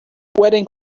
pueden